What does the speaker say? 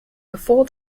before